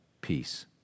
peace